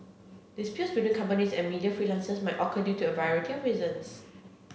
disputes between companies and media freelancers might occur due to a variety of reasons